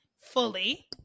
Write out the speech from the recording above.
fully